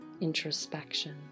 introspection